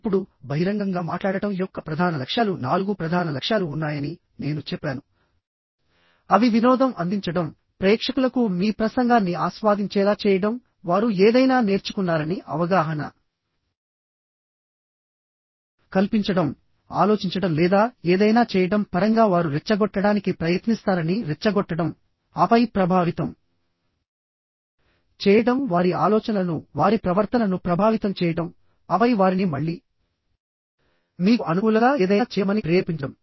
ఇప్పుడుబహిరంగంగా మాట్లాడటం యొక్క ప్రధాన లక్ష్యాలు నాలుగు ప్రధాన లక్ష్యాలు ఉన్నాయని నేను చెప్పానుఅవి వినోదం అందించడం ప్రేక్షకులకు మీ ప్రసంగాన్ని ఆస్వాదించేలా చేయడంవారు ఏదైనా నేర్చుకున్నారని అవగాహన కల్పించడం ఆలోచించడం లేదా ఏదైనా చేయడం పరంగా వారు రెచ్చగొట్టడానికి ప్రయత్నిస్తారని రెచ్చగొట్టడం ఆపై ప్రభావితం చేయడం వారి ఆలోచనలను వారి ప్రవర్తనను ప్రభావితం చేయడం ఆపై వారిని మళ్లీ మీకు అనుకూలంగా ఏదైనా చేయమని ప్రేరేపించడం